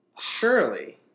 surely